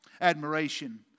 Admiration